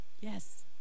Yes